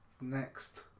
Next